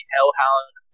Hellhound